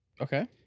okay